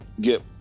get